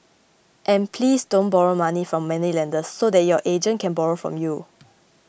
and please don't borrow money from moneylenders so that your agent can borrow from you